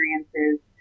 experiences